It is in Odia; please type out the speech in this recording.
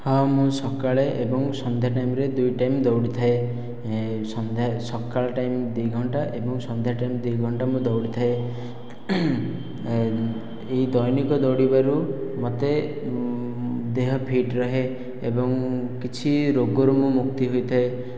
ହଁ ମୁଁ ସକାଳେ ଏବଂ ସନ୍ଧ୍ୟା ଟାଇମରେ ଦୁଇ ଟାଇମ ଦୌଡ଼ିଥାଏ ସନ୍ଧ୍ୟା ସକାଳ ଟାଇମ ଦୁଇ ଘଣ୍ଟା ଏବଂ ସନ୍ଧ୍ୟା ଟାଇମ ଦୁଇ ଘଣ୍ଟା ମୁଁ ଦୌଡ଼ିଥାଏ ଏହି ଦୈନିକ ଦୌଡ଼ିବାରୁ ମୋତେ ଦେହ ଫିଟ ରହେ ଏବଂ କିଛି ରୋଗରୁ ମୁଁ ମୁକ୍ତି ହୋଇଥାଏ